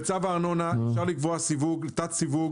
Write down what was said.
בצו הארנונה אפשר לקבוע סיווג ותת-סיווג.